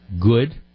good